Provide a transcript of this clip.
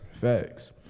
facts